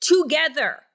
together